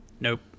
Nope